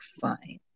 fine